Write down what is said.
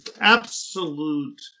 absolute